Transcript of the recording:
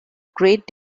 great